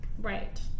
right